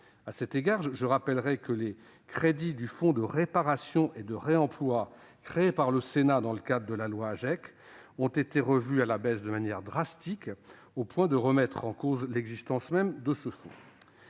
À cet égard, je rappellerai que les crédits du fonds de réparation et de réemploi, créé par le Sénat dans le cadre de la loi AGEC, ont été revus à la baisse de manière draconienne, au point de remettre en cause l'existence même de ce fonds.